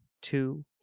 two